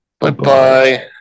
Bye-bye